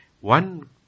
one